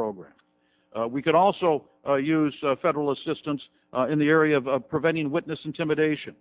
program we could also use federal assistance in the area of preventing witness intimidation